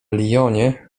lyonie